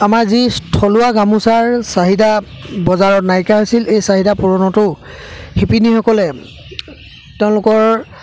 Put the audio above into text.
আমাৰ যি থলুৱা গামোচাৰ চাহিদা বজাৰত নাইকিয়া হৈছিল এই চাহিদা পূৰণটো শিপিনীসকলে তেওঁলোকৰ